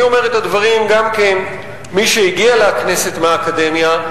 אני אומר את הדברים גם כמי שהגיע לכנסת מהאקדמיה,